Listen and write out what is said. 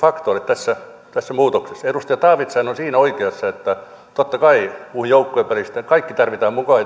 faktoille tässä tässä muutoksessa edustaja taavitsainen on siinä oikeassa että totta kai puhun joukkuepelistä että kaikki tarvitsemme mukaan